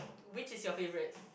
which is your favorite